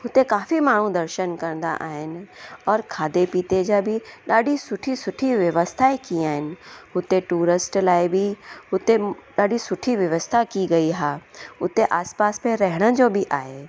हुते काफ़ी माण्हू दर्शन कंदा आहिनि और खाधे पीते जा बि ॾाढी सुठी सुठी व्यवस्थाएं कई आहिनि हुते टूरस्ट लाइ बि हुते ॾाढी सुठी व्यवस्था की गई हा हुते टूरस्ट लाइ बि हुते ॾाढी सुठी व्यवस्था की गई हा उते आस पास में रहण जो बि आहे